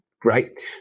Great